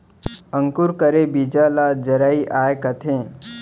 अंकुर करे बीजा ल जरई आए कथें